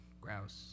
Grouse